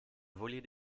voler